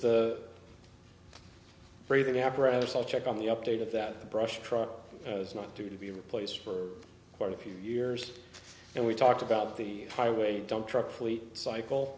the breathing apparatus i'll check on the update of that brush truck has not to be replaced for quite a few years and we talk about the highway dump truck fleet cycle